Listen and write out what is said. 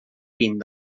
vint